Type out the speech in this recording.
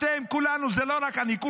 אתם, כולנו, זה לא רק אני, כולכם,